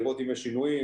לראות אם יש שינויים,